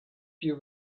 you